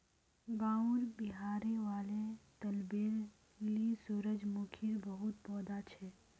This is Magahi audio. गांउर बहिरी वाले तलबेर ली सूरजमुखीर बहुत पौधा छ